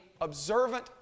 observant